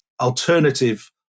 alternative